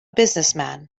businessman